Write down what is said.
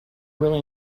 really